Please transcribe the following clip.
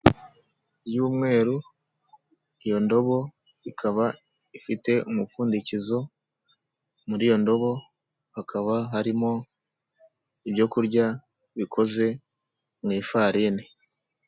Y'umweru ,iyo ndobo ikaba ifite umupfundikizo muri iyo ndobo hakaba harimo ibyo kurya bikoze mu ifarini.